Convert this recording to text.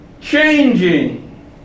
changing